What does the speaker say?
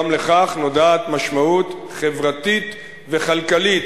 גם לכך נודעת משמעות חברתית וכלכלית,